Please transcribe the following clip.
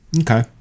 Okay